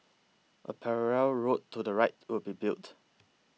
a parallel road to the right will be built